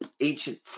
ancient